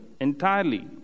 entirely